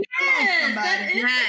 Yes